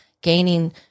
gaining